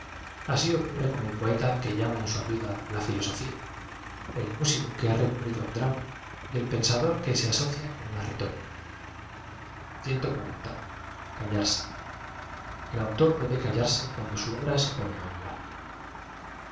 ani ocurre con el poeta que llam a en su ayuda la filosofía el músico que ha recurrido al drama y el pensador que se asocia con la retórica lio callar se e l autor debe callarse cuando su obra se pone á